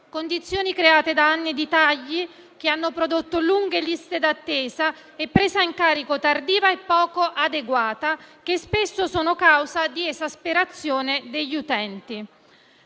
condizioni create da anni di tagli, che hanno prodotto lunghe liste d'attesa e prese in carico tardive e poco adeguate, che spesso sono causa di esasperazione degli utenti.